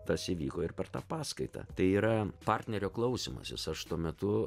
tas įvyko ir per tą paskaitą tai yra partnerio klausymasis aš tuo metu